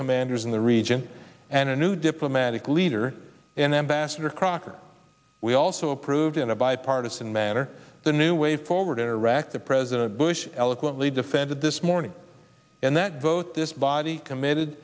commanders in the region and a new diplomatic leader and ambassador crocker we also approved in a bipartisan manner the new way forward in iraq the president bush eloquently defended this morning and that both this body committed